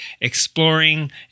exploring